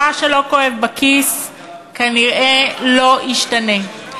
מה שלא כואב בכיס כנראה לא ישתנה.